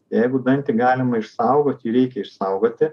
jeigu dangtį galima išsaugoti reikia išsaugoti